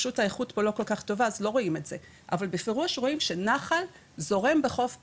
אבל בפירוש רואים שנחל זורם בחוף פולג.